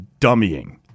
dummying